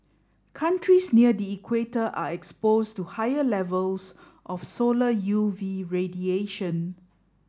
countries near the equator are exposed to higher levels of solar U V radiation